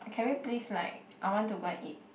can we please like I want to go and eat